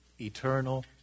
eternal